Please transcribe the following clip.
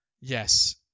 Yes